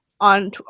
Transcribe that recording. on